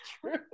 true